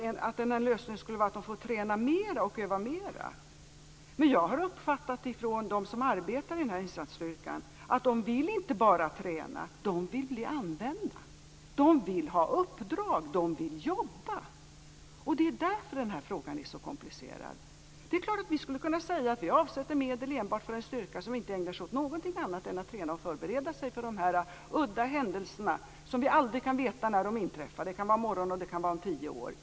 Ni tror att lösningen skulle vara att de får träna och öva mer. Jag har uppfattat från dem som arbetat i insatsstyrkan att de inte bara vill träna. De vill bli använda. De vill ha uppdrag, och de vill jobba. Det är därför den här frågan är så komplicerad. Det är klart att vi skulle kunna säga: Vi avsätter medel enbart för en styrka som inte ägnar sig åt någonting annat än att träna och förbereda sig för de udda händelser som vi aldrig kan veta när de inträffar - det kan vara i morgon eller om tio år.